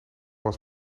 was